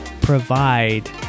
provide